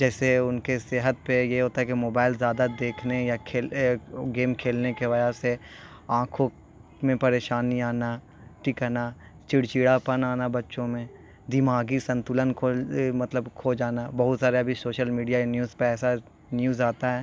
جیسے ان کے صحت پہ یہ ہوتا ہے کہ موبائل زیادہ دیکھنے یا کھیل گیم کھیلنے کی وجہ سے آنکھوں میں پریشانی آنا تھیک ہے نا چڑچڑا پن آنا بچوں میں دماغی سنتولن کھول مطلب کھو جانا بہت سارے ابھی سوشل میڈیا نیوز پہ ایسا نیوز آتا ہے